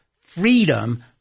Freedom